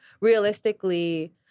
realistically